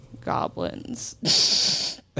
goblins